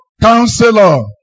counselor